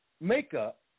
makeup